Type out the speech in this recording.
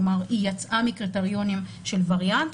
כלומר היא יצאה מקריטריונים של וריאנט,